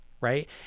right